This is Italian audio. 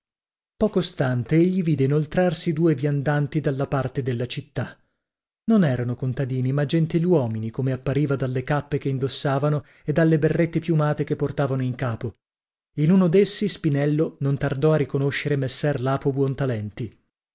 poco stante egli vide inoltrarsi due viandanti dalla parte della città non erano contadini ma gentiluomini come appariva dalle cappe che indossavano e dalle berrette piumate che portavano in capo in uno d'essi spinello non tardò a riconoscere messer lapo